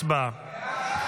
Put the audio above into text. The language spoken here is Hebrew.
הצבעה.